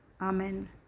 Amen